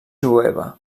jueva